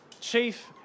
chief